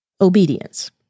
obedience